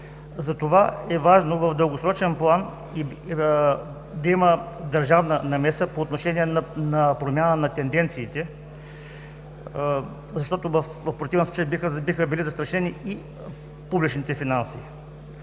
Затова е важно в дългосрочен план да има държавна намеса по отношение на промяна на тенденциите, защото в противен случай биха били застрашени и публичните финанси.